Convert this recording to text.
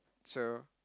so